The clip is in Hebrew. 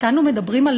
אתנו מדברים על